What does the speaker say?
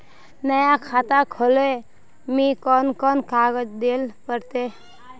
नया खाता खोले में कौन कौन कागज देल पड़ते?